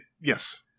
yes